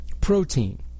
protein